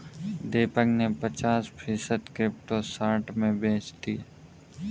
दीपक ने पचास फीसद क्रिप्टो शॉर्ट में बेच दिया